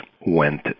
went